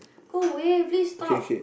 go away please stop